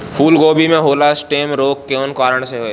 फूलगोभी में होला स्टेम रोग कौना कारण से?